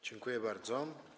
Dziękuję bardzo.